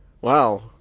Wow